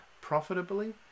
profitably